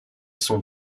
son